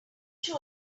show